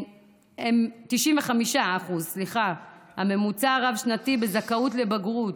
זה הממוצע הרב-שנתי בזכאות לבגרות.